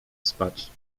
spać